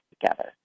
together